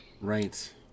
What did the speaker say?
Right